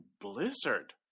Blizzard